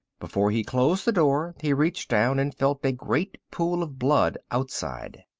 before he closed the door he reached down and felt a great pool of blood outside.